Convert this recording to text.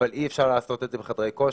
אבל אי אפשר לעשות את זה בחדרי כושר?